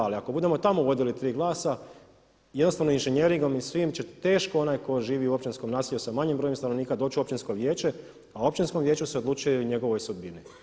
Ali ako budemo tamo vodili tri glasa i ostalim inženjeringom i svim će teško onaj koji živi u općinskom naselju sa manjim brojem stanovnika doći u općinsko vijeće a u općinskom vijeću se odlučuje o njegovoj sudbini.